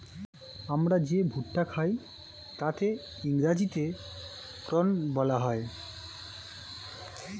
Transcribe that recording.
আমরা যে ভুট্টা খাই তাকে ইংরেজিতে কর্ন বলা হয়